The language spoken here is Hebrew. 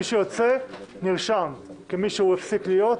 מי שיוצא נרשם כמי שהפסיק להיות,